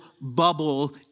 bubble